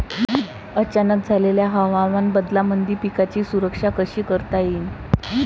अचानक झालेल्या हवामान बदलामंदी पिकाची सुरक्षा कशी करता येईन?